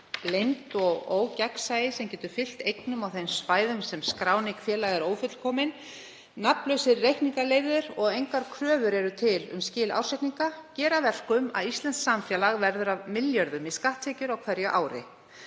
Leynd og ógagnsæi sem fylgt getur eignum á þeim svæðum þar sem skráning félaga er ófullkomin, nafnlausir reikningar leyfðir og engar kröfur eru til um skil ársreikninga, gerir það að verkum að íslenskt samfélag verður af milljörðum í skatttekjur á hverju ári.